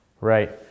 Right